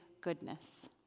goodness